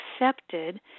accepted